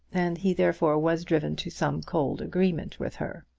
and he therefore was driven to some cold agreement with her.